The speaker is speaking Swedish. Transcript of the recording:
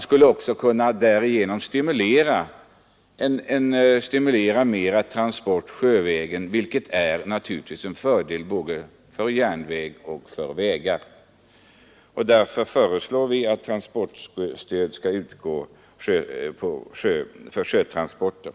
Med transportstöd stimulerar man till mer sjötransporter, vilket naturligtvis skulle minska belastningen på järnvägarna och vägarna. Vi föreslår alltså att transportstöd skall utgå för sjötransporter.